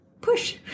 push